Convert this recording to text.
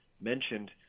mentioned